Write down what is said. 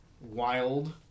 wild